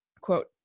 Quote